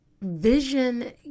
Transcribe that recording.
vision